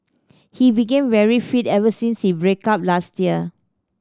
he became very fit ever since he break up last year